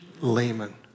layman